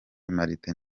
martin